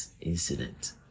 incident